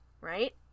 Right